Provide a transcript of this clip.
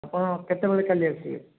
ଆପଣ କେତେବେଳେ କାଲି ଆସିବେ